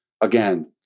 again